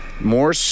more